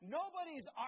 nobody's